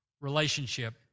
relationship